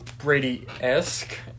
Brady-esque